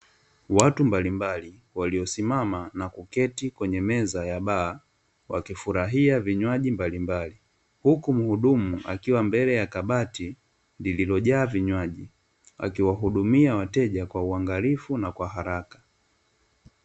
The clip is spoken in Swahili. Watu mbalimbali waliosimama na kuketi kwenye meza ya baa, wakifurahia vinywaji mbalimbali. Huku mhudumu akiwa mbele ya kabati lililojaa vinywaji, akiwahudumia wateja kwa uangalifu na kwa haraka.